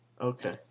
Okay